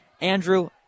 Andrew